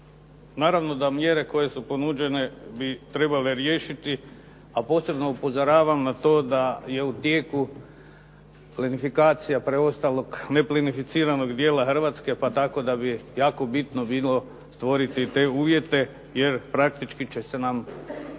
Naravno da mjere koje su ponuđene bi trebale riješiti, a posebno upozoravam na to da je u tijeku plinifikacija preostalog neplinificiranog dijela Hrvatske, pa tako da bi jako bitno bilo stvoriti te uvjete, jer praktički će nam